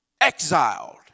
exiled